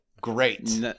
Great